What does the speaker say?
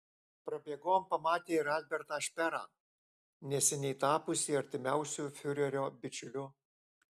prabėgom pamatė ir albertą šperą neseniai tapusį artimiausiu fiurerio bičiuliu